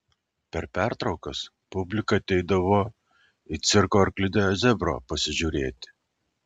per pertraukas publika ateidavo į cirko arklidę zebro pasižiūrėti